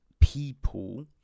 people